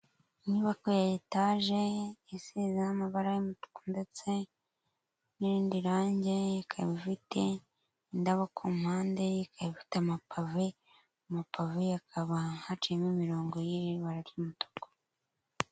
Inyubako ya etaje isizeho amabara y'umutuku ndetse n'indi range, ikaba ifite indabo ku mpande, ikaba ifite amapave hakaba haciyemo imirongo y'ibara ry'umutuku.